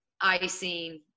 icing